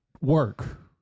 work